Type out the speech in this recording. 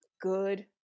good